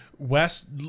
West